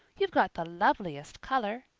you've got the loveliest color.